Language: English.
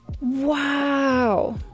Wow